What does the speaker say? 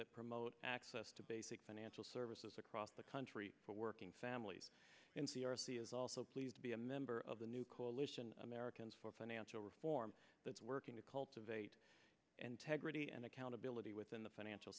that promote access to basic financial services across the country for working families also pleased to be a member of the new coalition americans for financial reform that is working to cultivate integrity and accountability within the financial